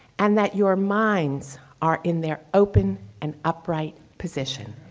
and that your minds are in their open and upright position.